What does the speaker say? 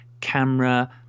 camera